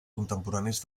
contemporanis